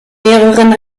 mehreren